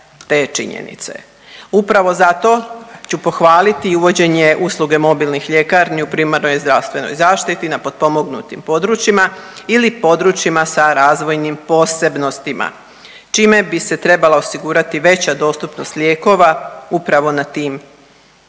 Upravo zato ću pohvaliti i uvođenje usluge mobilnih ljekarni u primarnoj zdravstvenoj zaštiti na potpomognutim područjima ili područjima sa razvojnim posebnostima čime bi se trebala osigurati veća dostupnost lijekova upravo na tim zapuštenim